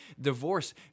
divorce